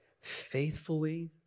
faithfully